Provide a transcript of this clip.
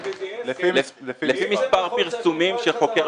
לא דורשת חידוש של האישורים.